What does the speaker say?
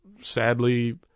sadly